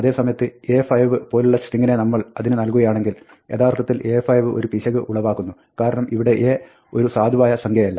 അതേസമയത്ത് "A5" പോലുള്ള സ്ട്രിങ്ങിനെ നമ്മൾ അതിന് നൽകുകയാണെങ്കിൽ യാഥാർത്ഥത്തിൽ "A5" ഒരു പിശക് ഉളവാക്കുന്നു കാരണം ഇവിടെ A ഒരു സാധുവായ സംഖ്യയല്ല